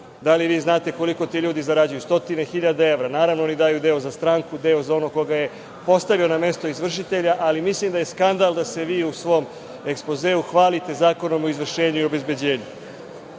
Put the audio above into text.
Da li vi znate koliko ti ljudi zarađuju? Stotine hiljada evra. Naravno, oni daju deo za stranku, deo za onog ko ga je postavio na mesto izvršitelja. Mislim da je skandal da se vi u svom ekspozeu hvalite Zakonom o izvršenju i obezbeđenju.